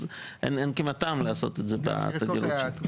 אז אין כמעט טעם לעשות את זה בתדירות הזאת.